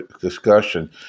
discussion